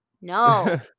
no